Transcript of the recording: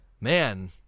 Man